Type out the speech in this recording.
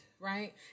Right